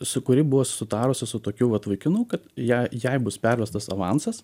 su kuri buvo sutarusi su tokiu vat vaikinu kad ją jai bus pervestas avansas